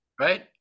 right